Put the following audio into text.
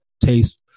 taste